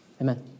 Amen